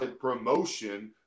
promotion